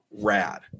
Rad